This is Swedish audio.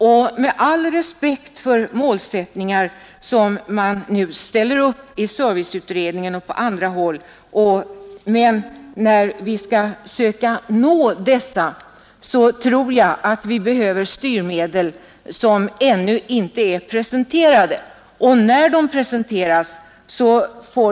Och med all respekt för målsättningar, som man nu ställer upp i serviceutredningen och på andra håll, tror jag att när vi skall söka förverkliga dessa behöver vi styrmedel som ännu inte är presenterade.